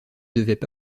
devaient